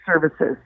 services